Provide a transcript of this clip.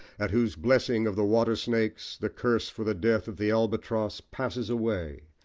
at whose blessing of the water-snakes the curse for the death of the albatross passes away,